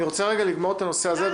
רגע,